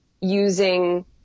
using